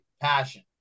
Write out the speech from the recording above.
passion